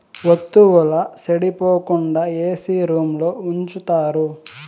వత్తువుల సెడిపోకుండా ఏసీ రూంలో ఉంచుతారు